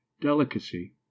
delicacy